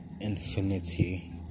infinity